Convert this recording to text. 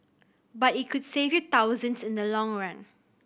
but it could save you thousands in the long run